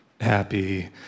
Happy